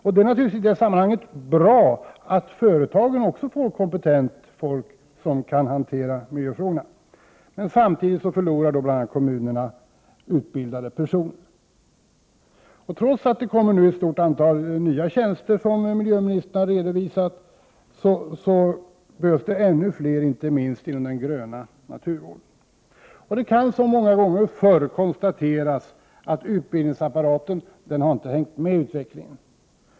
I det sammanhanget är det naturligtvis bra att företagen också får kompetent folk som kan hantera miljöfrågorna. Samtidigt förlorar dock kommunerna utbildade personer. Trots att det nu kommer ett stort antal nya tjänster som miljöministern har redovisat, behövs det ännu flera, inte minst inom den gröna naturvården. Det kan som många gånger förr konstateras att utbildningsapparaten inte har hängt med i utvecklingen.